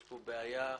פה בעיה.